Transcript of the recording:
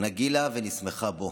נגילה ונשמחה בו",